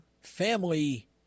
family